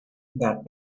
that